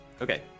okay